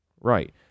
Right